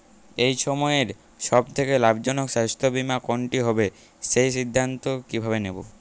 এই সময়ের সব থেকে লাভজনক স্বাস্থ্য বীমা কোনটি হবে সেই সিদ্ধান্ত কীভাবে নেব?